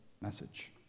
message